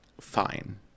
fine